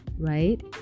right